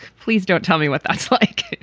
please don't tell me what that's like.